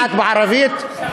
ענת בערבית,